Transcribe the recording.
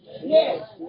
Yes